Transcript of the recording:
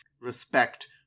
respect